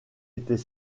était